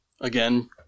Again